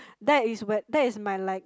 that is where that is my like